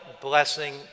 blessing